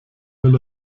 will